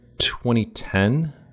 2010